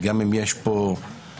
גם אם יש בו חוסרים,